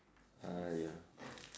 !aiya!